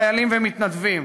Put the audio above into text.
חיילים ומתנדבים.